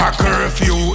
curfew